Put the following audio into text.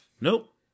Nope